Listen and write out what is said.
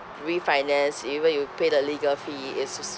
refinance even you pay the legal fee is als~